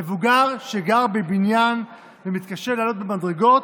מבוגר שגר בבניין ומתקשה לעלות במדרגות,